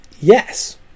yes